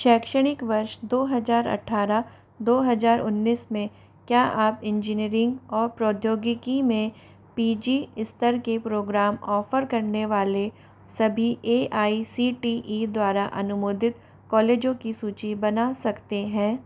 शैक्षणिक वर्ष दो हज़ार अट्ठारह दो हज़ार उन्नीस में क्या आप इंजीनियरिंग और प्रौद्योगिकी में पी जी स्तर के प्रोग्राम ऑफ़र करने वाले सभी A I C T E द्वारा अनुमोदित कॉलेजों की सूची बना सकते हैं